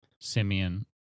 Simeon